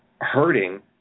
hurting